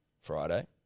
Friday